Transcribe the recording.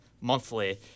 monthly